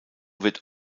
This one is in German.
wird